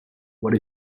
what